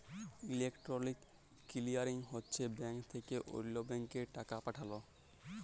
electronic clearing হছে bank থ্যাকে অল্য ব্যাংকে টাকা পাঠাল